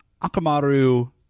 Akamaru